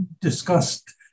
discussed